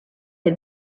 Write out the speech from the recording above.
had